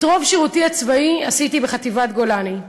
את רוב שירותי הצבאי עשיתי בחטיבת גולני,